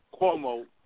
Cuomo